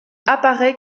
apparait